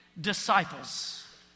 disciples